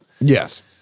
Yes